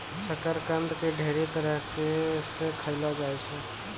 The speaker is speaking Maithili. शकरकंद के ढेरी तरह से खयलो जाय छै